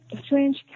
strange